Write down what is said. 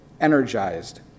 energized